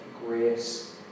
Grace